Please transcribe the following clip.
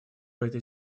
этой